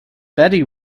betty